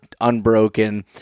unbroken